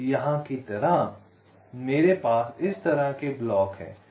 यहाँ की तरह मेरे पास इस तरह के ब्लॉक हैं